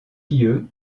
lieu